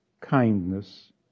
kindness